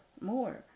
more